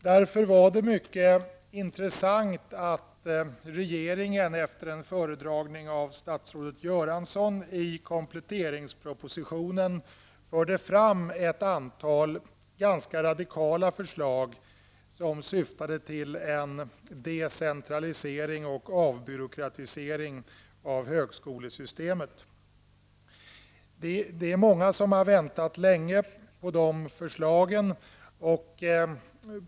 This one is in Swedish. Det var därför mycket intressant att regeringen efter en föredragning av statsrådet Göransson i kompletteringspropositionen förde fram ett antal ganska radikala förslag som syftade till en decentralisering och avbyråkratisering av högskolesystemet. Många har väntat länge på de förslagen.